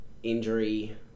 Injury